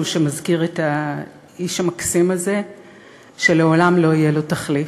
שמזכיר את האיש המקסים הזה שלעולם לא יהיה לו תחליף.